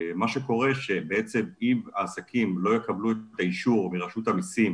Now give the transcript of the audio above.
מה שקורה זה שבעצם אם העסקים לא יקבלו את האישור מרשות המסים